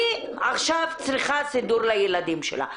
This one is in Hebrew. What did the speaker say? היא עכשיו צריכה סידור לילדים שלה.